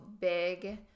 big –